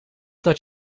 dat